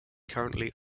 currently